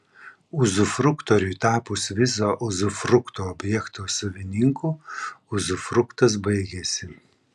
uzufruktoriui tapus viso uzufrukto objekto savininku uzufruktas baigiasi